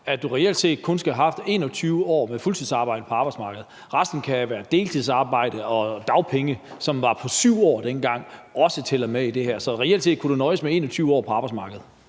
at du reelt set kun skal have haft 21 år med fuldtidsarbejde på arbejdsmarkedet? Resten kan være deltidsarbejde. Og dagpenge, som dengang var på 7 år, tæller også med i det her. Så reelt set kunne du nøjes med 21 år på arbejdsmarkedet.